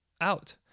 out